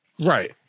right